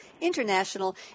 International